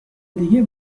دیگه